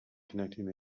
connecting